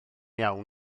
iawn